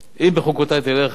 "אם בחֻקֹתי תלכו,